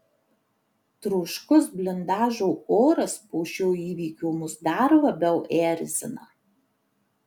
troškus blindažo oras po šio įvykio mus dar labiau erzina